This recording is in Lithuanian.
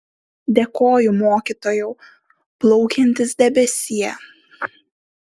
dėkoju mokytojau plaukiantis debesie